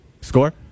Score